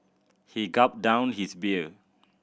he gulped down his beer